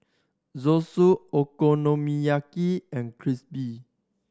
Zosui Okonomiyaki and